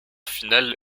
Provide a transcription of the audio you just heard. final